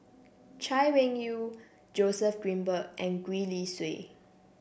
Chay Weng Yew Joseph Grimberg and Gwee Li Sui